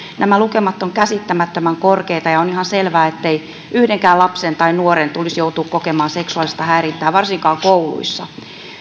nämä lukemat ovat käsittämättömän korkeita ja on ihan selvää ettei yhdenkään lapsen tai nuoren tulisi joutua kokemaan seksuaalista häirintää varsinkaan kouluissa